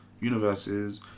universes